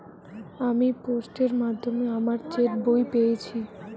আমি পোস্টের মাধ্যমে আমার চেক বই পেয়েছি